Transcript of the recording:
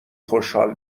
خوشحال